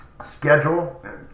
schedule